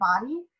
body